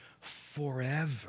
forever